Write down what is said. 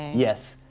yes,